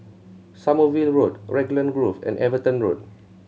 Sommerville Road Raglan Grove and Everton Road